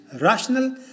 rational